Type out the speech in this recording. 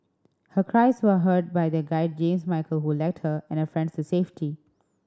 her cries were heard by their guide James Michael who her and her friends to safety